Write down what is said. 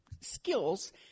skills